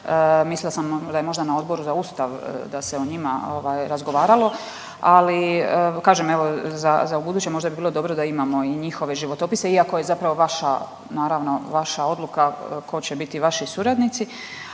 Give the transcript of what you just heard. sam da je možda na Odboru za Ustav da se o njima ovaj razgovaralo, ali kažem evo za, za ubuduće možda bi bilo dobro da imamo i njihove životopise iako je zapravo vaša naravno vaša odluka ko će biti vaši suradnici,